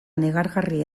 negargarri